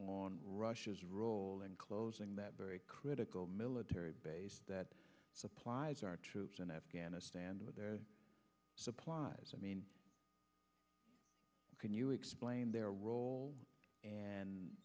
on russia's role in closing that very critical military base that supplies our troops in afghanistan with their supplies i mean can you explain their role and